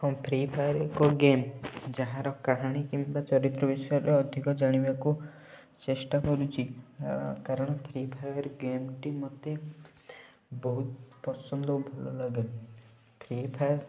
ହଁ ଫ୍ରୀଫାୟାର୍ ଏକ ଗେମ୍ ଯାହାର କାହାଣୀ କିମ୍ବା ଚରିତ୍ର ବିଷୟରେ ଅଧିକ ଜାଣିବାକୁ ଚେଷ୍ଟା କରୁଛି କାରଣ ଫ୍ରୀଫାୟାର୍ ଗେମ୍ ଟି ମୋତେ ବହୁତ ପସନ୍ଦ ଓ ଭଲ ଲାଗେ ଫ୍ରୀଫାୟାର୍